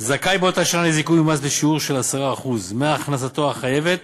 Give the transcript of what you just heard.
זכאי באותה שנה לזיכוי ממס בשיעור 10% מהכנסתו החייבת